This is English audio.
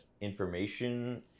information